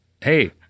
hey